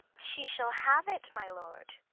she shall have it, my lord,